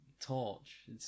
torch